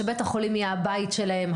שבית החולים יהיה הבית שלהם,